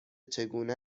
چگونه